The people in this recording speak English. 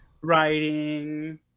writing